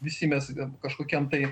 visi mes kažkokiam tai